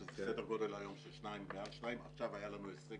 שזה סדר גודל היום של מעל 2. עכשיו היה לנו הישג